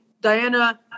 Diana